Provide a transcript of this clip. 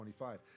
25